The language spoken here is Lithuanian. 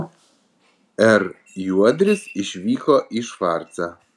r juodris išvyko į švarcą